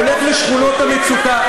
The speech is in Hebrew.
הולך לשכונות המצוקה.